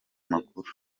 makuru